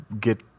get